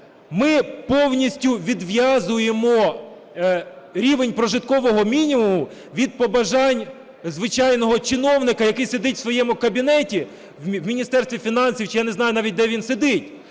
ми повністю відв'язуємо рівень прожиткового мінімуму від побажань звичайного чиновника, який сидить в своєму кабінеті в Міністерстві фінансів чи я не знаю навіть, де він сидить,